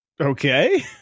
Okay